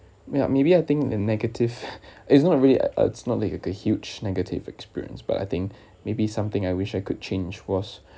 ya maybe I think in negative it's not really it's not like a huge negative experience but I think maybe something I wish I could change was